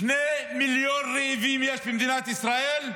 שני מיליון רעבים יש במדינת ישראל,